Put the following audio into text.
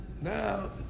now